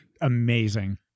amazing